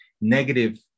negative